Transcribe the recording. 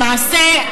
למעשה,